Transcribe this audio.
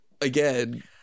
again